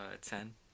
ten